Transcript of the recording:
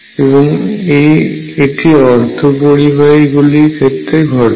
এবং এটি অর্ধপরিবাহী গুলির ক্ষেত্রে ঘটে